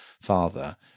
father